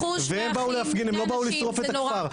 והם באו להפגין הם לא באו לשרוף את הכפר.